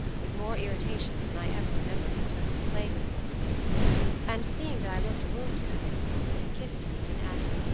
with more irritation than i ever remember him to have displayed before and seeing that i looked wounded, i suppose, he kissed me, and added,